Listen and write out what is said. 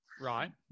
Right